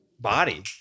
body